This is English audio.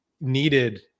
needed